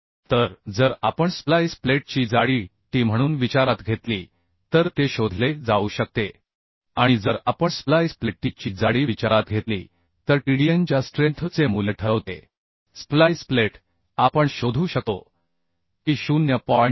तर जर आपण स्प्लाइस प्लेटची जाडी t म्हणून विचारात घेतली तर ते शोधले जाऊ शकते आणि जर आपण स्प्लाइस प्लेट t ची जाडी विचारात घेतली तर TDN च्या स्ट्रेंथ चे मूल्य ठरवते स्प्लाइस प्लेट आपण शोधू शकतो की 0